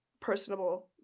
personable